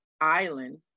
island